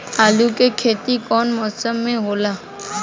आलू के खेती कउन मौसम में होला?